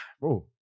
bro